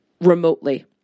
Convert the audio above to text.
remotely